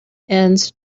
ends